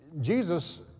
Jesus